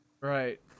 Right